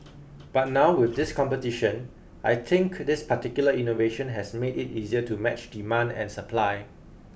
but now with this competition I think this particular innovation has made it easier to match demand and supply